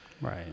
Right